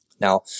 Now